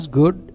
good